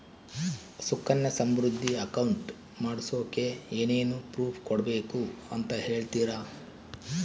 Sukanya Samriddhi account ಮಾಡಿಸೋಕೆ ಏನೇನು proof ಕೊಡಬೇಕು ಅಂತ ಹೇಳ್ತೇರಾ?